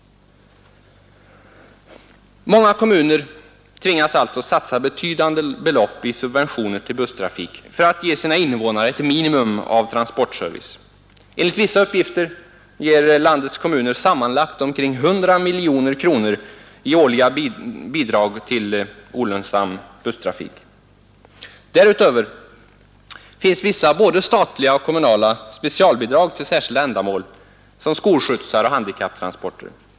Många kommuner tvingas därför satsa betydande belopp i subventioner till busstrafik för att ge sina innevånare ett minimum av transportservice. Enligt vissa uppgifter ger landets kommuner sammanlagt omkring 100 miljoner i årliga kommunala bidrag till olönsam busstrafik. Därutöver finns vissa både statliga och kommunala specialbidrag till särskilda ändamål, t.ex. till skolskjutsar och handikapptransporter.